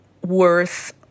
worth